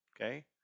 Okay